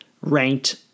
ranked